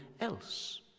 else